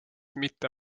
mitte